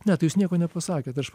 ne tai jūs nieko nepasakėt aš